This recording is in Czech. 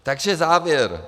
Takže závěr.